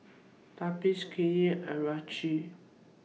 Tobias Kiya and Richie